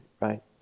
right